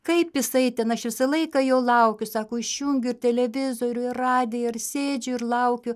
kaip jisai ten aš visą laiką jo laukiu sako išjungiu ir televizorių ir radiją ir sėdžiu ir laukiu